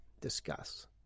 discuss